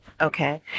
Okay